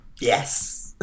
Yes